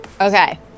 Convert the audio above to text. Okay